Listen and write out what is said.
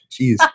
Jeez